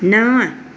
नव